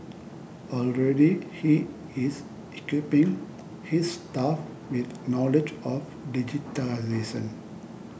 already he is equipping his staff with knowledge of digitisation